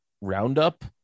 roundup